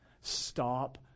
Stop